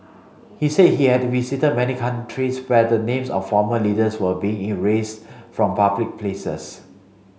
he said he had visited many countries where the names of former leaders were being erased from public places